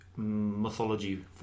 mythology